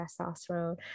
testosterone